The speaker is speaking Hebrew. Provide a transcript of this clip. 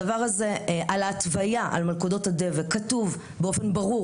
על ההתוויה על מלכודות הדבק כתוב באופן ברור